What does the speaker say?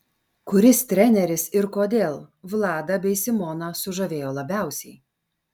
kuris treneris ir kodėl vladą bei simoną sužavėjo labiausiai